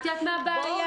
את יודעת מה הבעיה?